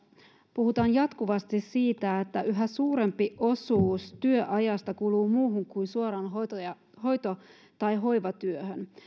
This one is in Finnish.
puhutaan jatkuvasti siitä että yhä suurempi osuus työajasta kuluu muuhun kuin suoraan hoito tai hoivatyöhön